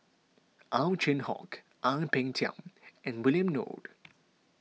Ow Chin Hock Ang Peng Tiam and William Goode